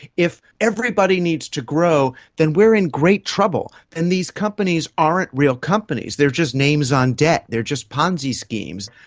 if everybody needs to grow, then we are in great trouble, and these companies aren't real companies, they are just names on debt, they are just a ponzi schemes,